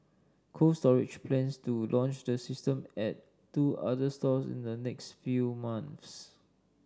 Cold Storage plans to launch the system at two other stores in the next few months